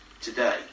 today